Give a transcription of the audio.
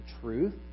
truth